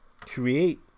Create